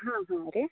ಹಾಂ ಹಾಂ ರೀ